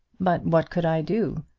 but what could i do?